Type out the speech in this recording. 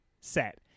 set